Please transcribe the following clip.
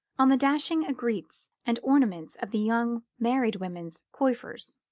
on the dashing aigrettes and ornaments of the young married women's coiffures,